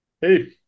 Hey